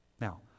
Now